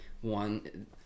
one